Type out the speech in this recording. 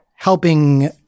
helping